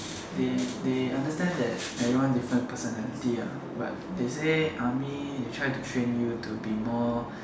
they they understand that everyone different personality but they say army there try to train you to be more